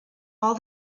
all